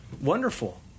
Wonderful